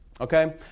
Okay